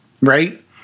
right